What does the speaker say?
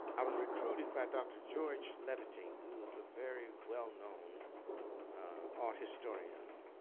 i was recruited by dr. george levitine, who was a very well-known art historian